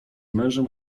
mężem